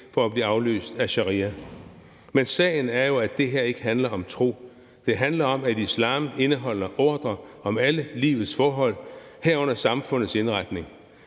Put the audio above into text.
for at blive afløst af sharia? Men sagen er jo, at det her ikke handler om tro. Det handler om, at islam indeholder ordrer om alle livets forhold, herunder samfundets indretning.